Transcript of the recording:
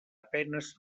penes